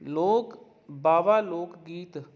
ਲੋਕ ਬਾਵਾ ਲੋਕ ਗੀਤ